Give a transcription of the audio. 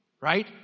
Right